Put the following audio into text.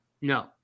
No